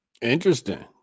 Interesting